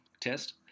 test